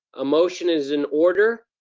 a motion is in order,